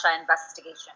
investigation